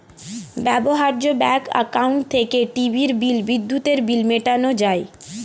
ব্যবহার্য bank account থেকে টিভির বিল, বিদ্যুতের বিল মেটানো যায়